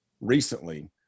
recently